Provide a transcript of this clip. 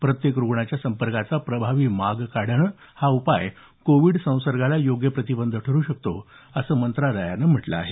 प्रत्येक रुग्णाच्या संपर्काचा प्रभावी माग काढणं हा उपाय कोविड संसर्गाला योग्य प्रतिबंध करू शकतो असं मंत्रालयानं म्हटलं आहे